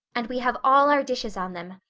and we have all our dishes on them.